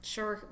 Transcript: Sure